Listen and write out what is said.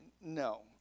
No